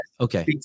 Okay